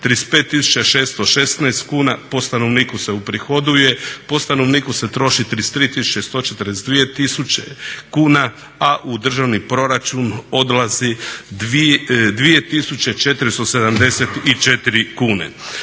35.616 kuna po stanovniku se uprihoduje, po stanovniku se troši 33.142 kuna, a u državni proračun odlazi 2.474 kune.